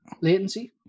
latency